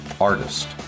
artist